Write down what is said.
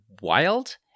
wild